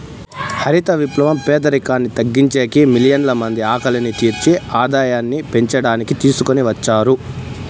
హరిత విప్లవం పేదరికాన్ని తగ్గించేకి, మిలియన్ల మంది ఆకలిని తీర్చి ఆదాయాన్ని పెంచడానికి తీసుకొని వచ్చారు